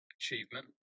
achievement